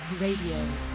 Radio